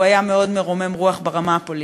הוא היה מאוד מרומם רוח ברמה הפוליטית,